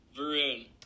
Varun